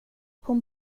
hon